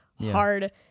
hard